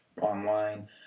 online